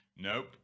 nope